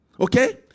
Okay